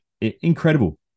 Incredible